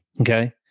Okay